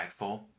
impactful